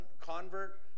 convert